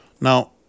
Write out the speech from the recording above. Now